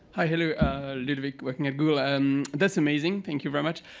a little bit working at google, and that's amazing. thank you very much.